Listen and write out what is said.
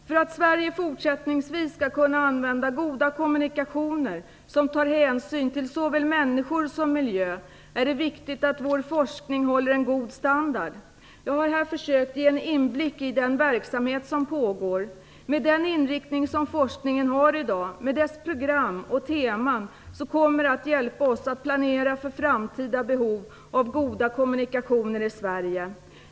För att Sverige fortsättningsvis skall kunna använda goda kommunikationer som tar hänsyn till såväl människor som miljö är det viktigt att vår forskning håller en god standard. Jag har här försökt ge en inblick i den verksamhet som pågår. Med den inriktning som forskningen har i dag, med dess program och teman kommer det att hjälpa oss att planera för framtida behov av goda kommunikationer i Sverige.